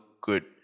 good